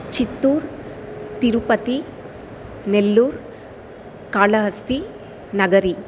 Chittoor Tirupati Nellore Kalahasti Nagari